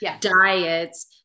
diets